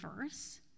verse